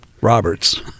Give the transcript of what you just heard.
Roberts